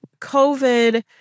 COVID